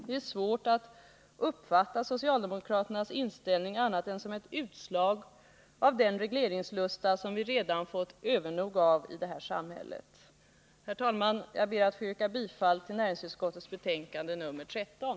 Det är svårt att uppfatta socialdemokraternas inställning annat än som utslag av den regleringslusta som vi redan har 159 övernog av i det här samhället. Herr talman! Jag ber att få yrka bifall till näringsutskottets hemställan i dess betänkande nr 13.